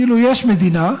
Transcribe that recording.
כאילו, יש מדינה,